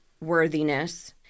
worthiness